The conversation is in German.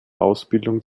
ausbildung